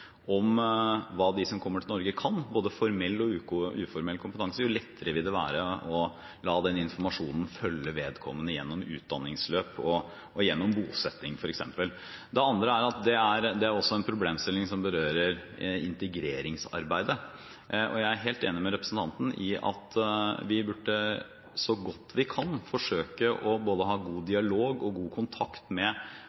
om hva de som kommer til Norge, kan – det gjelder både formell og uformell kompetanse – jo lettere vil det være å la den informasjonen følge vedkommende gjennom utdanningsløp og gjennom bosetting, f.eks. Det andre er at det er en problemstilling som også berører integreringsarbeidet. Jeg er helt enig med representanten i at vi burde forsøke så godt vi kan å ha både god